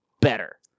better